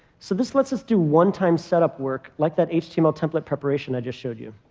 so this lets us do one-time setup work like that html template preparation i just showed you.